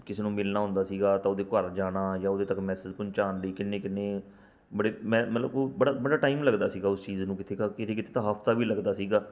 ਕਿਸੇ ਨੂੰ ਮਿਲਣਾ ਹੁੰਦਾ ਸੀਗਾ ਤਾਂ ਉਹਦੇ ਘਰ ਜਾਣਾ ਜਾਂ ਉਹਦੇ ਤੱਕ ਮੈਸੇਜ ਪਹੁੰਚਾਉਣ ਲਈ ਕਿੰਨੇ ਕਿੰਨੇ ਬੜੇ ਮਤਲਬ ਉਹ ਬੜਾ ਬੜਾ ਟਾਈਮ ਲੱਗਦਾ ਸੀਗਾ ਉਸ ਚੀਜ਼ ਨੂੰ ਕਿੱਥੇ ਤਾ ਕਿੱਥੇ ਕਿਤੇ ਤਾਂ ਹਫ਼ਤਾ ਵੀ ਲੱਗਦਾ ਸੀਗਾ